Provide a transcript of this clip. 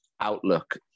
outlook